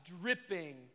dripping